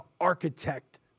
architect